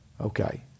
Okay